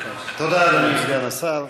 תודה, אדוני סגן השר.